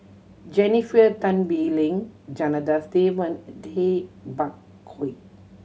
Jennifer Tan Bee Leng Janadas Devan and Tay Bak Koi